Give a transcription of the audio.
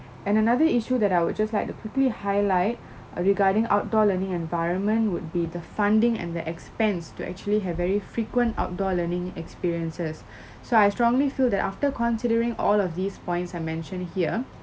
and another issue that I would just like to quickly highlight err regarding outdoor learning environment would be the funding and the expense to actually have very frequent outdoor learning experiences so I strongly feel that after considering all of these points I mentioned here